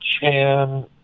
chan